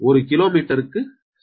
ஒரு கிலோமீட்டருக்கு சரி